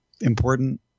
important